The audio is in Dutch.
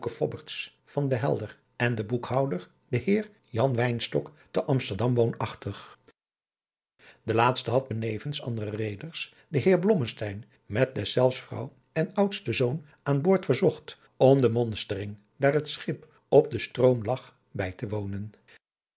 van de helder en de boekhouder de heer jan wynstok te amsterdam woonachtig de laatste had benevens andere reeders den heer blommesteyn met deszelfs vrouw en oudsten zoon aan boord verzocht om de monstering daar het schip op stroom lag bij te wonen